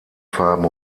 farben